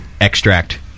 extract